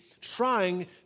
trying